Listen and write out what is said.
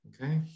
Okay